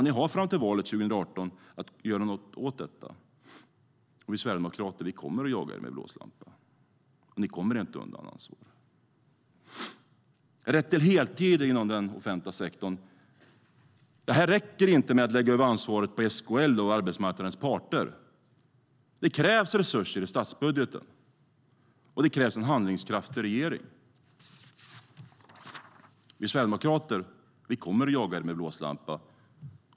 Ni har fram till valet 2018 att göra något åt detta. Vi sverigedemokrater kommer att jaga er med blåslampa. Ni kommer inte undan ansvar. Man ska ha rätt till heltid inom offentlig sektor. Här räcker det inte att lägga över ansvaret på SKL och arbetsmarknadens parter. Det krävs resurser i statsbudgeten och en handlingskraftig regering. Vi sverigedemokrater kommer att jaga er med blåslampa.